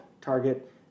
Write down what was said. target